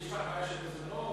יש לך בעיה של מזונות?